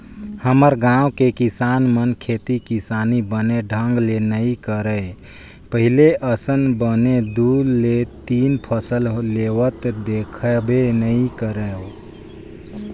हमर गाँव के किसान मन खेती किसानी बने ढंग ले नइ करय पहिली असन बने दू ले तीन फसल लेवत देखबे नइ करव